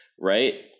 right